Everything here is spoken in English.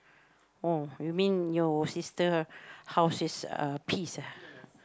oh you mean your sister house is uh peace ah